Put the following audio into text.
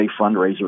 fundraiser